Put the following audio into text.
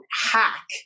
hack